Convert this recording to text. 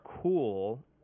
cool